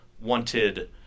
wanted